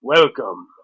Welcome